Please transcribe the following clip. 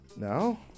Now